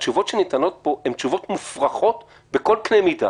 התשובות שניתנו פה הן תשובות מופרכות בכל קנה מידה.